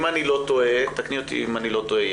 אם אני לא טועה תקני אותי אם אני טועה,